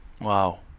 wow